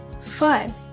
fun